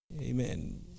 Amen